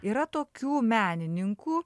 yra tokių menininkų